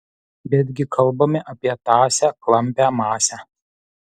bet gi kalbame apie tąsią klampią masę